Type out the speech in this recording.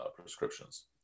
prescriptions